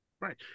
Right